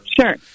Sure